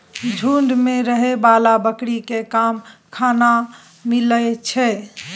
झूंड मे रहै बला बकरी केँ कम खाना मिलइ छै